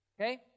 Okay